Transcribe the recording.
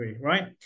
right